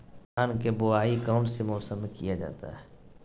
धान के बोआई कौन सी मौसम में किया जाता है?